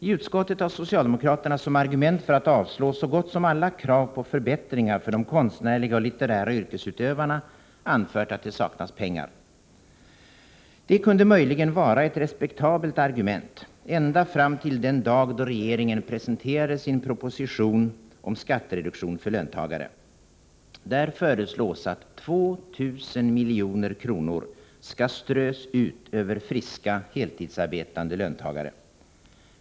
I utskottet har socialdemokraterna som argument för att avstyrka så gott som alla krav på förbättringar för de konstnärliga och litterära yrkesutövarna anfört att det saknas pengar. Det kunde möjligen vara ett respektabelt argument ända fram till den dag då regeringen presenterade sin proposition om skattereduktion för löntagare. Där föreslås att 2 000 milj.kr. skall strös ut över friska, heltidsarbetande löntagare.